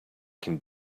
can